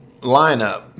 lineup